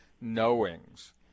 knowings